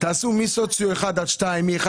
תעשו סוציו 1 2, 1